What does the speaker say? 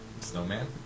Snowman